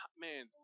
man